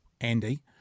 Andy